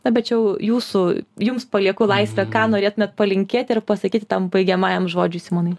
na bet čia jau jūsų jums palieku laisvę ką norėtumėt palinkėti ir pasakyti tam baigiamajam žodžiui simonai